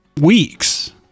weeks